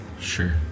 sure